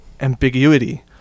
ambiguity